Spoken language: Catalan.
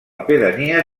pedania